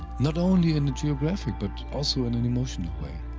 not only in a geographic, but also in an emotional way.